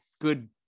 good